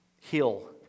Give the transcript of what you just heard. heal